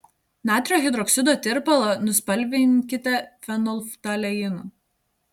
natrio hidroksido tirpalą nuspalvinkite fenolftaleinu